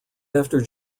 after